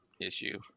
issue